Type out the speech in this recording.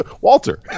Walter